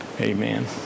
Amen